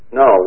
no